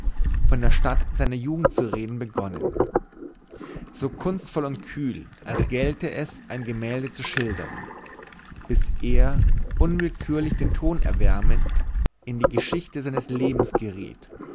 von der stadt seiner jugend zu reden begonnen so kunstvoll und kühl als gälte es ein gemälde zu schildern bis er unwillkürlich den ton erwärmend in die geschichte seines lebens geriet